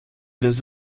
there’s